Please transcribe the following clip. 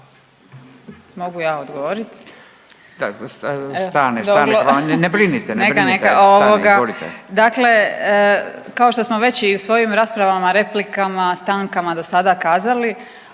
Radin: Stane, stane ne brinite, ne brinite, stane izvolite./… Dakle, kao što smo već i u svojim raspravama replikama, stankama do sada kazali